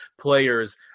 players